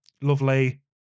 lovely